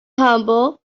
humble